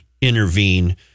intervene